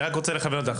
אני רק רוצה לכוון אותך,